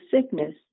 sickness